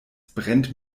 brennt